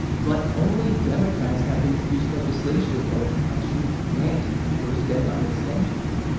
but only democrats have introduced legislation that would actually grant those deadline extensions.